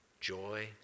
joy